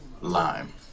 lime